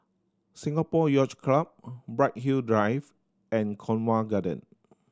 Singapore Yacht Club Bright Hill Drive and Cornwall Gardens